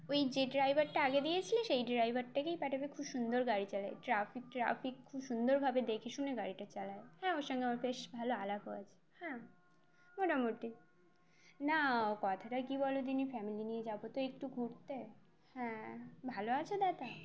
ওই যে ড্রাইভারটা আগে দিয়েছিলে সেই ড্রাইভারটাকেই পাঠাবে খুব সুন্দর গাড়ি চালায় ট্রাফিক ট্রাফিক খুব সুন্দরভাবে দেখে শুনে গাড়িটা চালায় হ্যাঁ ওর সঙ্গে আমার বেশ ভালো আলাপও আছে হ্যাঁ মোটামুটি না কথাটা কী বলো দেখিনি ফ্যামিলি নিয়ে যাবো তো একটু ঘুরতে হ্যাঁ ভালো আছো দাদা